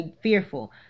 fearful